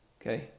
Okay